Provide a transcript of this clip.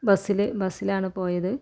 ബസ്സിൽ ബസ്സിലാണ് പോയത്